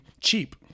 cheap